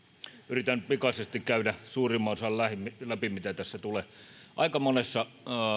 yritän pikaisesti käydä suurimman osan läpi mitä tässä tulee aika monessa